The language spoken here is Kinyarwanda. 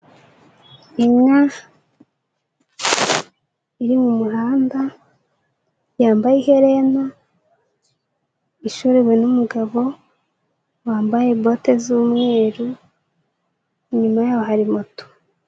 Inka iri mu muhanda yambaye iherena, ishorewe n'umugabo wambaye bote z'umweru, inyuma yaho hari moto.